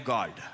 God